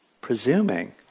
presuming